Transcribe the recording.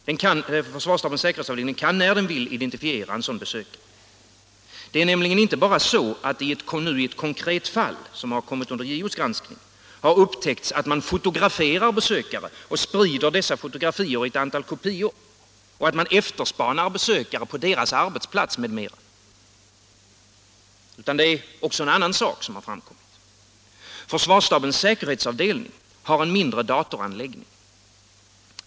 Det är nämligen inte bara så, att det i ett konkret fall, som kommit under JO:s granskning, har upptäckts att man fotograferade besökare och sprider dessa fotografier i ett antal kopior, att man efterspanar besökare på deras arbetsplatser m.m. Försvarsstabens säkerhetsavdelning har en mindre datoranläggning.